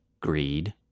greed